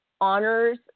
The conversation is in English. honors